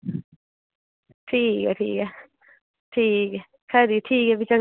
ठीक ऐ ठीक ऐ ठीक ऐ खरी ठीक ऐ फ्ही